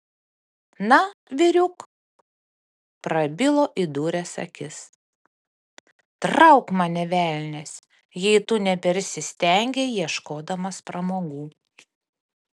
na vyriuk prabilo įdūręs akis trauk mane velnias jei tu nepersistengei ieškodamas pramogų